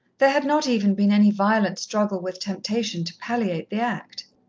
there had not even been any violent struggle with temptation to palliate the act.